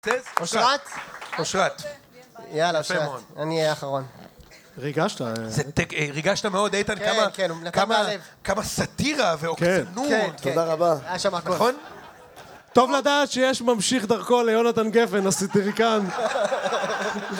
עושרת? יאללה, עושרת. אני אהיה האחרון. ריגשת? ריגשת מאוד, איתן? כמה סטירה ועוקצנות. תודה רבה. טוב לדעת שיש ממשיך דרכו ליונתן גפן, הסטיריקן.